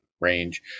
range